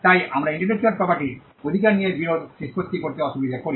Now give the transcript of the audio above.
তাই আমরা ইন্টেলেকচুয়াল প্রপার্টির অধিকার নিয়ে বিরোধ নিষ্পত্তি করতে অসুবিধে করি